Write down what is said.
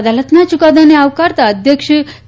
અદાલતના યુકાદાને આવકારતાં અધ્યક્ષ કે